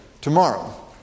tomorrow